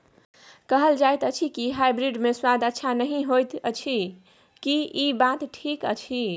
कहल जायत अछि की हाइब्रिड मे स्वाद अच्छा नही होयत अछि, की इ बात ठीक अछि?